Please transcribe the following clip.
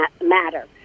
matter